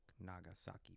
Nagasaki